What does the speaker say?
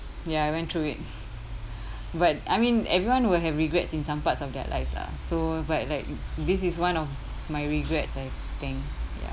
ya I went through it but I mean everyone will have regrets in some parts of their lives lah so but like this is one of my regrets I think ya